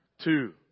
two